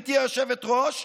גברתי היושבת-ראש,